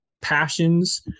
passions